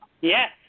Yes